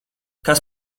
kas